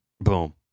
Boom